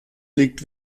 liegt